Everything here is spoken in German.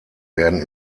werden